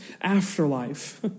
afterlife